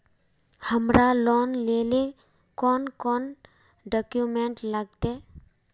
हमरा लोन लेले कौन कौन डॉक्यूमेंट लगते?